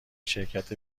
شرکت